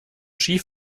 ski